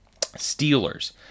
Steelers